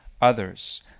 others